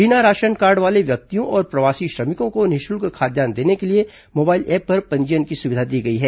बिना ration card वाले व्यक्तियों और प्रवासी श्रमिकों को निःशुल्क खाद्यान्न देने के लिए मोबाइल ऐप पर पंजीयन की सुविधा दी गई है